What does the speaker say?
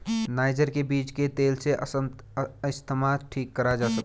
niger के बीज के तेल से अस्थमा ठीक करा जा सकता है